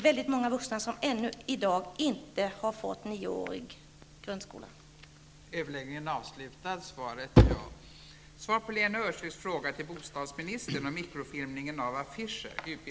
Väldigt många vuxna har ännu i dag inte genomgått nioårig grundskola.